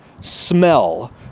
smell